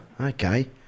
Okay